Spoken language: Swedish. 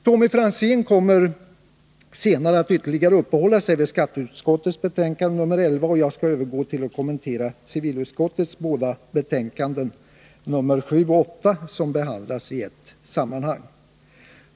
Tommy Franzén kommer senare att ytterligare uppehålla sig vid skatteutskottets betänkande 11, och jag övergår till att kommentera civilutskottets båda betänkanden nr 7 och 8, som behandlas i ett sammanhang.